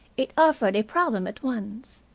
it offered a problem at once.